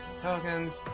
Tokens